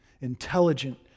intelligent